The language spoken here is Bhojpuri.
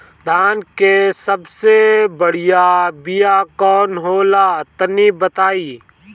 धान के सबसे बढ़िया बिया कौन हो ला तनि बाताई?